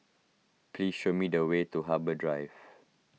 please show me the way to Harbour Drive